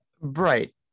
Right